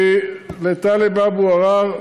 לטלב אבו עראר,